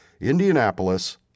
Indianapolis